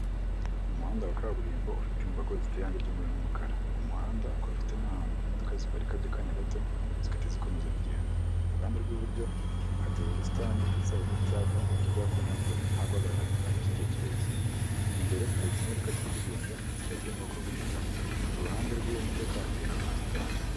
Umuhanda wa kaburimbo ufite imbago ziteranye ry'umweru n'umukara umuhanda ukaba bafite n'ahantu imodoka ziparika by'a gato zigahita zikomeza urugendo, ku kuruhande rw'iburyo hateye ubusitani ndetse n'icyapa kivuga ko ntabwo nta guhagarara by'igihe kirekire, imbere hari ikimodoka kiri kugenda kikaba kiri mu bwoko bw'igikamyo ku ruhande rw'iyomodoka hateye ubusitani.